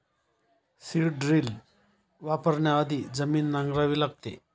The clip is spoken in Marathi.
सीड ड्रिल वापरण्याआधी जमीन नांगरावी लागते